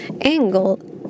angle